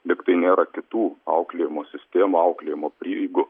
lygtai nėra kitų auklėjimo sistemų auklėjimo prieigų